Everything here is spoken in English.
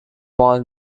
paul